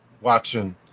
watching